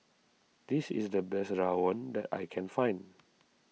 this is the best Rawon that I can find